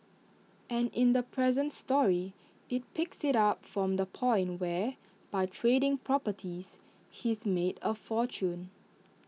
and in the present story IT picks IT up from the point where by trading properties he's made A fortune